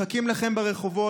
מחכים לכם ברחובות.